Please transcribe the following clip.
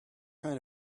kind